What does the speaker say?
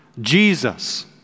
Jesus